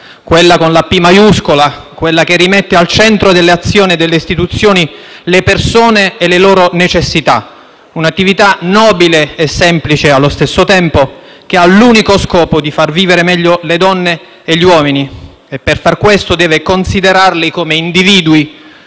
quella con la «P» maiuscola, quella che rimette al centro delle azioni e delle istituzioni le persone e le loro necessità. Un'attività nobile e semplice allo stesso tempo, che ha l'unico scopo di far vivere meglio le donne e gli uomini, e per far questo deve considerarli come individui